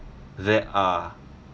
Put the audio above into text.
there are